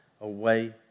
away